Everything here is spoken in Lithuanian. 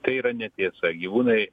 tai yra netiesa gyvūnai